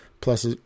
plus